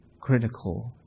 critical